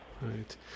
Right